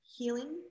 Healing